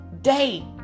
day